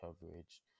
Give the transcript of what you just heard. coverage